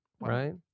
right